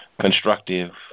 constructive